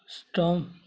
stump